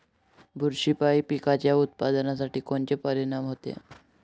बुरशीपायी पिकाच्या उत्पादनात कोनचे परीनाम होते?